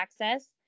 access